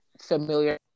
familiar